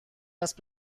است